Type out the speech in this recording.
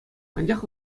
анчах